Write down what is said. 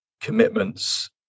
commitments